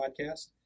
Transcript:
Podcast